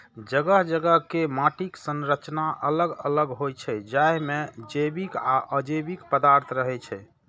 जगह जगह के माटिक संरचना अलग अलग होइ छै, जाहि मे जैविक आ अजैविक पदार्थ रहै छै